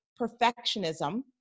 perfectionism